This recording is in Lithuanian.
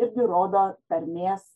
irgi rodo tarmės